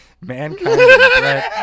mankind